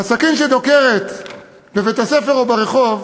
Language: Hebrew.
הסכין שדוקרת בבית-הספר או ברחוב,